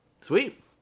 Sweet